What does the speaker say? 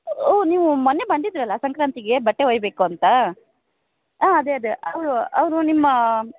ಓಹ್ ನೀವು ಮೊನ್ನೆ ಬಂದಿದ್ದಿರಲ್ಲ ಸಂಕ್ರಾತಿಗೆ ಬಟ್ಟೆ ಒಯ್ಯಬೇಕು ಅಂತ ಹಾಂ ಅದೆ ಅದೆ ಅವ್ರು ಅವರು ನಿಮ್ಮ